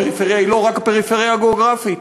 הפריפריה היא לא רק הפריפריה הגיאוגרפית.